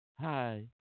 hi